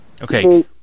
Okay